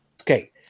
Okay